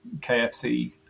KFC